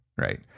Right